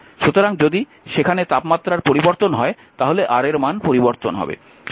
সুতরাং যদি সেখানে তাপমাত্রার পরিবর্তন হয় তাহলে R এর মান পরিবর্তন হবে